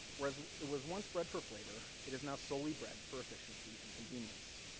whereas it was once bred for flavor, it is now solely bred for efficiency and convenience.